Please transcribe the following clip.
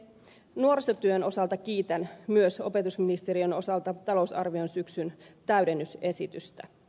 nuorisotyön osalta kiitän myös opetusministeriön osalta talousarvion syksyn täydennysesitystä